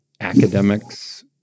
academics